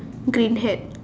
green hat